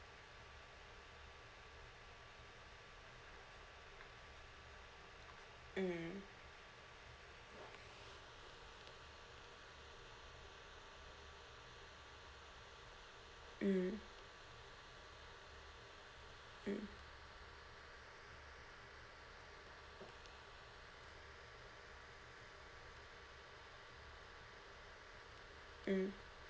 mm mm mm mm